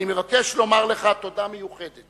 אני מבקש לומר לך תודה מיוחדת